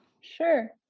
Sure